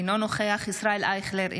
אינו נוכח ישראל אייכלר,